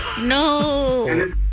No